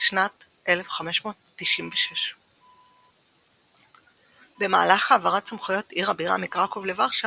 בשנת 1596. במהלך העברת סמכויות עיר הבירה מקרקוב לוורשה,